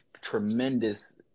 tremendous